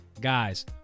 Guys